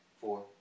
Four